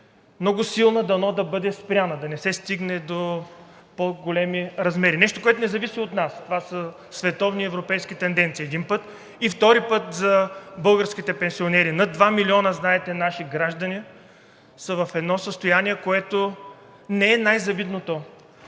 много силна и дано да бъде спряна, да не се стигне до по-големи размери – нещо, което не зависи от нас. Това са световни и европейски тенденции, един път, и втори път, знаете, че българските пенсионери – над 2 милиона наши граждани, са в едно състояние, което не е най-завидното.